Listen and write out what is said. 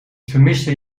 vermiste